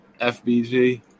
FBG